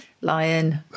Lion